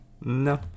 No